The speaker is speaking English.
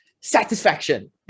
Satisfaction